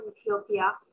Ethiopia